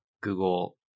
Google